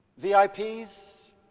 VIPs